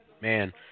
man